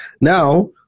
Now